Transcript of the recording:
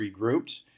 regrouped